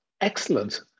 Excellent